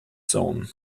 zone